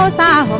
ah da